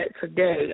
today